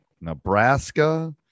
Nebraska